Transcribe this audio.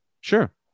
Sure